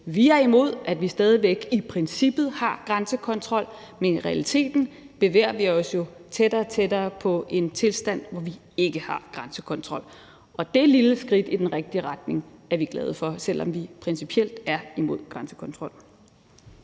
Vi er imod, at vi stadig væk i princippet har grænsekontrol, men i realiteten bevæger vi os jo tættere og tættere på en tilstand, hvor vi ikke har grænsekontrol, og det lille skridt i den rigtige retning er vi glade for, selv om vi principielt er imod grænsekontrol.